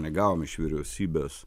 negavom iš vyriausybės